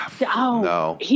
No